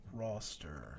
roster